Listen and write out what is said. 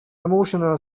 emotional